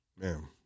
Man